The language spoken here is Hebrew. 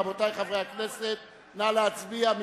רבותי חברי הכנסת, נא להצביע.